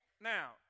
Now